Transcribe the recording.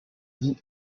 vit